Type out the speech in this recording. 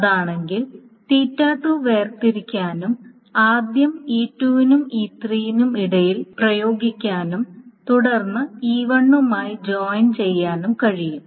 അതാണെങ്കിൽ വേർതിരിക്കാനും ആദ്യം E2 നും E3 നും ഇടയിൽ പ്രയോഗിക്കാനും തുടർന്ന് E1 മായി ജോയിൻ ചെയ്യാനും കഴിയും